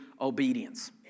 obedience